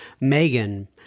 Megan